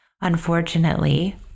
unfortunately